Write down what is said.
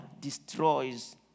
destroys